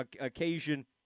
occasion